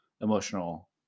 emotional